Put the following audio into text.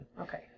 Okay